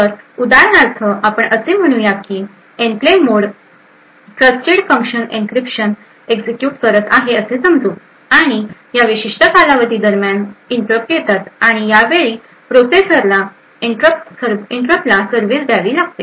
तर उदाहरणार्थ आपण असे म्हणू की enclave mode trusted function encryption execute करत आहे असे समजू आणि या विशिष्ट कालावधी दरम्यान इंटरप्ट येतात आणि यावेळी प्रोसेसरना इंटरप्टला सर्व्हिस द्यावी लागते